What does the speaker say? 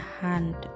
hand